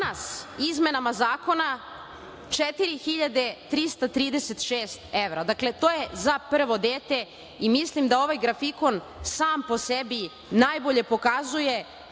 Danas, izmenama zakona, 4.336 evra. Dakle, to je za prvo dete i mislim da ovaj grafikon sam po sebi najbolje pokazuje